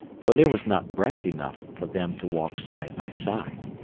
for there was not breadth enough for them to walk side by side.